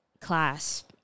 class